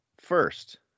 first